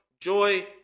joy